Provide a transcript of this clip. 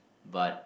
but